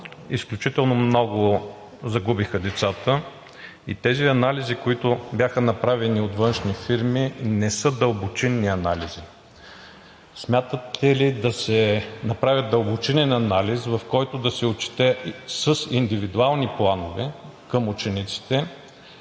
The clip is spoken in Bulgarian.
изключително много загубиха децата и тези анализи, които бяха направени от външни фирми, не са дълбочинни анализи. Въпросът ми е: смятате ли да се направи дълбочинен анализ, в който да се отчете, да се установи с индивидуални планове към учениците